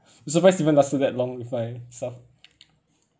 I'm surprise even lasted that long with my stuff